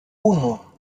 uno